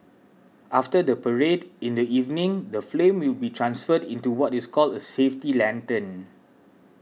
after the parade in the evening the flame will be transferred into what is called a safety lantern